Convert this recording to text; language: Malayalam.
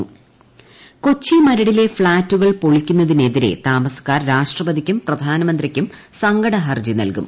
മരട് ഫ്ളാറ്റ് കൊച്ചി മരടിലെ ഫ്ളാറ്റുകൾ പൊളിക്കുന്നതിനെതിരെ താമസക്കാർ രാഷ്ട്രപതിക്കും പ്രധാനമന്ത്രിക്കും സങ്കടഹർജ്ജി നൽകും